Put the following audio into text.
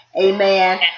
Amen